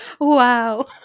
Wow